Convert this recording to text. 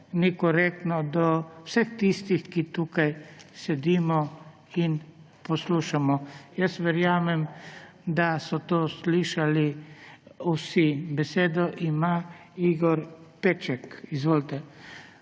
ni korektno do vseh tistih, ki tukaj sedimo in poslušamo. Verjamem, da so to slišali vsi. Besedo ima Igor Peček. Izvolite.